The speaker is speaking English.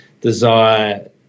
desire